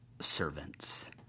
servants